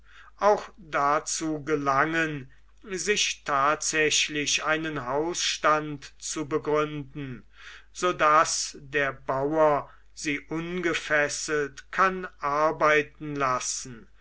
auch dazu gelangen sich tatsächlich einen hausstand zu begründen so daß der bauer sie ungefesselt kann arbeiten lassen